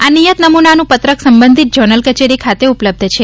આ નિયત નમુનાનું પત્રક સંબંધિત ઝોનલ કચેરી ખાતે ઉપલબ્ધ છે